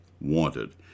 Wanted